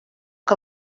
que